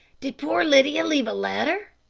did poor lydia leave a letter?